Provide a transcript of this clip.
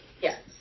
Yes